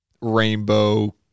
rainbow